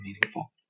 meaningful